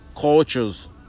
cultures